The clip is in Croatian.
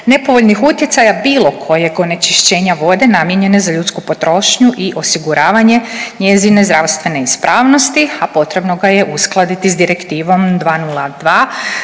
nepovoljnih utjecaja bilo kojeg onečišćenja vode namijenjene za ljudsku potrošnju i osiguravanje njezine zdravstvene ispravnosti, a potrebno ga je uskladiti sa Direktivom